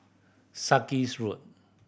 Sarkies Road